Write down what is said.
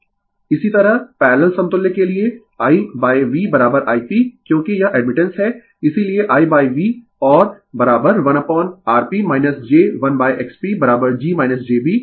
Refer slide Time 0753 इसी तरह parallel समतुल्य के लिए I V I P क्योंकि यह एडमिटेंस है इसीलिये I V और 1Rp j1XPg jb